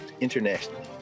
internationally